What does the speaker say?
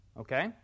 okay